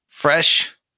Fresh